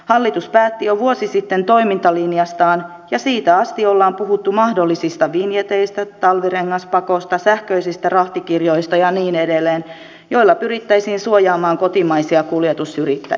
hallitus päätti jo vuosi sitten toimintalinjastaan ja siitä asti ollaan puhuttu mahdollisista vinjeteistä talvirengaspakosta sähköisistä rahtikirjoista ja niin edelleen joilla pyrittäisiin suojaamaan kotimaisia kuljetusyrityksiä